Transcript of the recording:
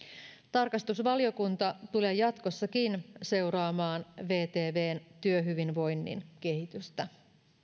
tarkastusvaliokunta tulee jatkossakin seuraamaan vtvn työhyvinvoinnin kehitystä